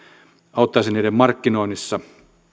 auttaisi niiden markkinoinnissa